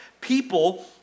people